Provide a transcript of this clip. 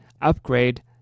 upgrade